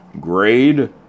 grade